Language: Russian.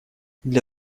для